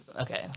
Okay